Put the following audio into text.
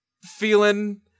feeling